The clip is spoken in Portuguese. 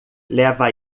leva